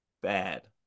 Bad